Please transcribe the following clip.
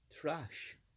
Trash